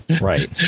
Right